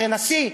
אחרי נשיא,